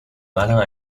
malin